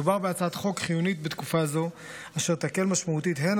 מדובר בהצעת חוק חיונית בתקופה זו אשר תקל משמעותית הן